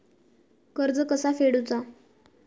कर्ज कसा फेडुचा?